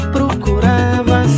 Procurava